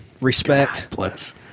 respect